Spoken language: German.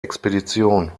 expedition